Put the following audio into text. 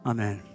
Amen